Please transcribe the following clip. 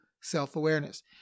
self-awareness